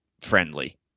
friendly